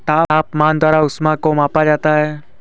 तापमान द्वारा ऊष्मा को मापा जाता है